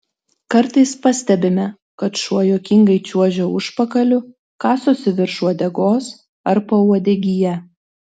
kartais pastebime kad šuo juokingai čiuožia užpakaliu kasosi virš uodegos ar pauodegyje